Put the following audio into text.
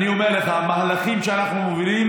אני אומר לך: המהלכים שאנחנו מובילים